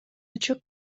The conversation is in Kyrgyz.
ачык